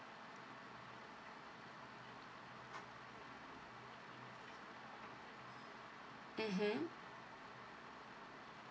mmhmm